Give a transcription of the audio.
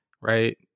right